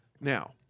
Now